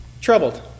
troubled